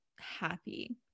happy